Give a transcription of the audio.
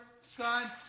Son